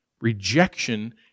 rejection